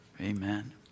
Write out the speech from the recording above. amen